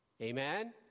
Amen